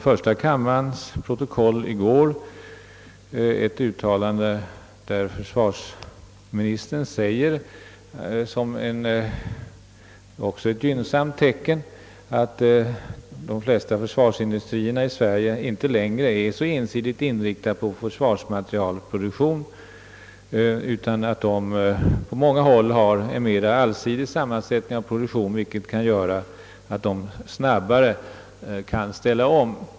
I första kammarens protokoll från i går har jag funnit ett uttalande av försvarsministern, där han säger att han också ser som ett gynnsamt tecken att de flesta försvarsindustrierna i Sverige inte längre är så uteslutande inriktade på försvarsmaterielproduktion utan i många fall har en mera sammansatt produktion, vilket kanske gör att de snabbare kan ställa om.